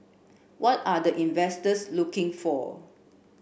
what are the investors looking for